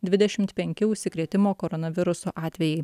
dvidešimt penki užsikrėtimo koronavirusu atvejai